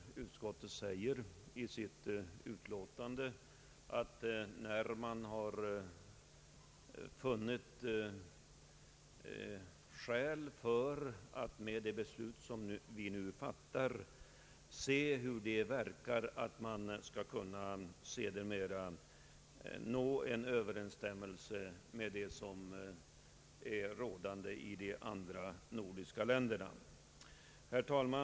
«Utskottet framhåller, att när man har funnit skäl att fatta detta beslut måste man se hur det verkar, så att man skall kunna nå överensstämmelse med de regler som råder i de övriga nordiska länderna. Herr talman!